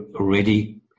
already